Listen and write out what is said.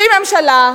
בלי ממשלה,